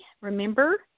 Remember